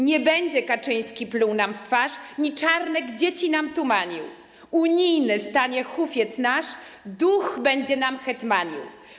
Nie będzie Kaczyński pluł nam w twarz Ni Czarnek dzieci nam tumanił, Unijny stanie hufiec nasz, Duch będzie nam hetmanił.